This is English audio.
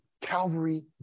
Calvary